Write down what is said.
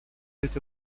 это